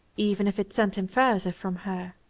even if it sent him further from her.